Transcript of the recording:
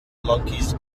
monkeys